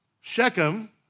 Shechem